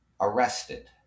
arrested